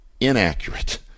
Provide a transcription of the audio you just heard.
inaccurate